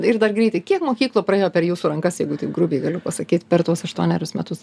ir dar greitai kiek mokyklų praėjo per jūsų rankas jeigu taip grubiai galiu pasakyti per tuos aštuonerius metus